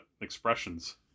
expressions